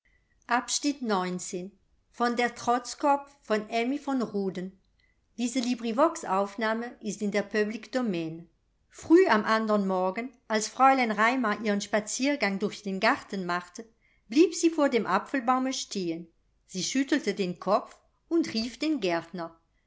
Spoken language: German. früh am andern morgen als fräulein raimar ihren spaziergang durch den garten machte blieb sie vor dem apfelbaume stehen sie schüttelte den kopf und rief den gärtner